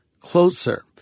closer